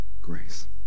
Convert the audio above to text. grace